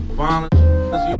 violence